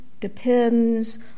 depends